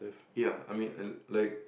ya I mean and like